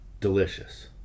Delicious